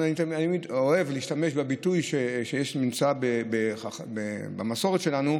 אני אוהב להשתמש בביטוי שיש במסורת שלנו,